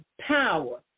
power